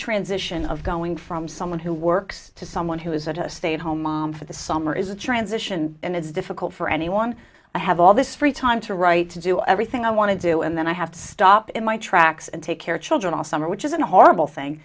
transition of going from someone who works to someone who is a stay at home mom for the summer is a transition and it's difficult for anyone to have all this free time to write to do everything i want to do and then i have to stop in my tracks and take care of children all summer which isn't a horrible thing